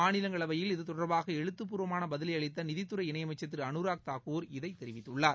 மாநிலங்களவையில் இதுதொடர்பாக எழுத்துப் பூர்வமான பதிலை அளித்த நிதித்துறை இணையமைச்சர் திரு அனுராக் தாக்கூர் இதைத் தெரிவித்துள்ளார்